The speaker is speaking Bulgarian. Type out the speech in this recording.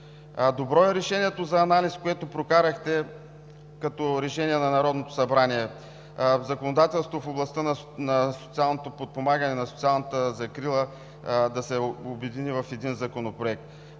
Добро е решението за анализ, което прокарахте като решение на Народното събрание в законодателството в областта на социалното подпомагане, на социалната закрила, да се обедини в един законопроект.